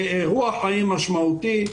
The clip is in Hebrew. אירוע חיים משמעותי,